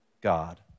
God